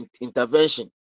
intervention